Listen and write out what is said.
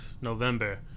November